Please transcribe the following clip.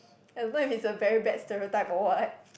I don't know if it's a very bad stereotype or what